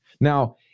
Now